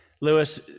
Lewis